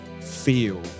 feel